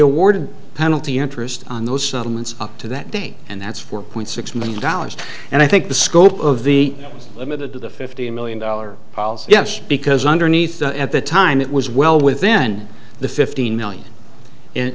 awarded penalty interest on those settlements up to that day and that's four point six million dollars and i think the scope of the limited to the fifty million dollars yes because underneath at the time it was well with then the fifteen million and